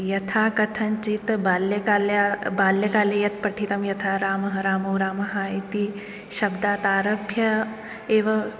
यथा कथञ्चित् बाल्यकाल्य बाल्यकाले यत् पठितं यथा रामः रामौ रामाः इति शब्दादारभ्य एव